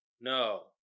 no